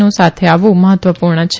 નું સાથે આવવું મહત્વપુર્ણ છે